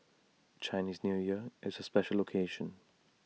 Chinese New Year is A special occasion